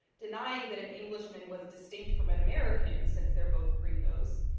denying that an englishman was distinct from an american, since they're both gringos,